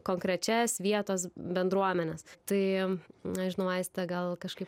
konkrečias vietos bendruomenes tai nežinau aiste gal kažkaip